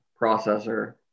processor